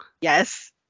Yes